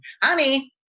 honey